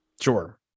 Sure